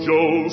Joe